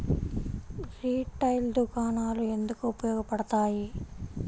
Retail దుకాణాలు ఎందుకు ఉపయోగ పడతాయి?